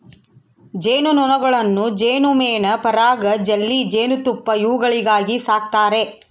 ಜೇನು ನೊಣಗಳನ್ನು ಜೇನುಮೇಣ ಪರಾಗ ಜೆಲ್ಲಿ ಜೇನುತುಪ್ಪ ಇವುಗಳಿಗಾಗಿ ಸಾಕ್ತಾರೆ